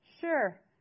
Sure